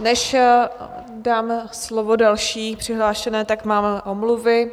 Než dám slovo další přihlášené, tak mám omluvy.